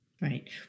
Right